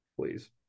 please